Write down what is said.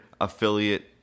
affiliate